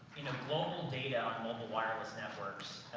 you know, global data on mobile wireless networks,